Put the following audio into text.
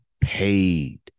paid